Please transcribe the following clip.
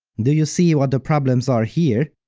do you see what the problems are here?